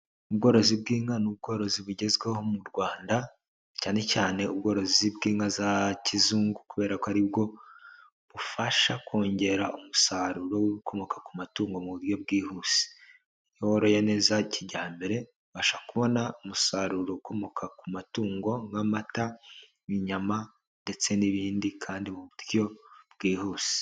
Ubworozi bw'inka ni ubworozi bugezweho mu Rwanda cyane cyane ubworozi bw'inka za kizungu kubera ko ari bwo bufasha kongera umusaruro w'ibikomoka ku matungo mu buryo bwihuse iyo woroye neza kijyambere ubasha kubona umusaruro ukomoka ku matungo nk'amata, inyama ndetse n'ibindi kandi mu buryo bwihuse.